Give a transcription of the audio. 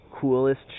coolest